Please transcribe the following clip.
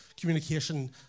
communication